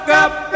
up